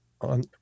on